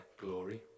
glory